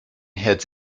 heads